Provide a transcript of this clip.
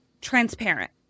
transparent